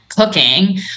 cooking